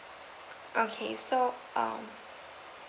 okay so um